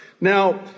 Now